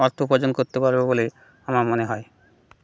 অর্থ উপার্জন করতে পারবে বলে আমার মনে হয়